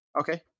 Okay